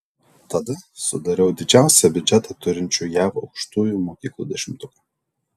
tada sudariau didžiausią biudžetą turinčių jav aukštųjų mokyklų dešimtuką